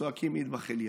שצועקים "אטבח אל-יהוד",